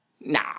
Nah